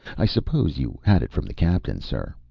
i suppose you had it from the captain, sir?